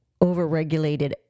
overregulated